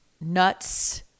nuts